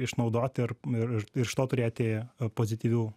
išnaudoti ir ir ir iš to turėti pozityvių